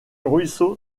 ruisseau